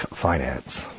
Finance